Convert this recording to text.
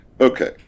okay